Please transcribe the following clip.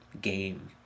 game